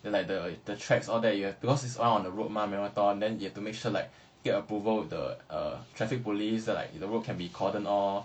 then like the the tracks all that you have because it's run on the road mah marathon then you have to make sure like get approval with the traffic police or like the road can be cordoned off